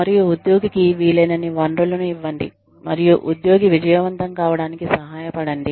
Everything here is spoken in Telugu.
మరియు ఉద్యోగికి వీలైనన్ని వనరులను ఇవ్వండి మరియు ఉద్యోగి విజయవంతం కావడానికి సహాయపడండి